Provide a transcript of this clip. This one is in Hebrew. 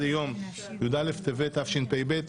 סיעת יהדות התורה בוועדת הפנים והגנת הסביבה עד ליום י"א בטבת התשפ"ב,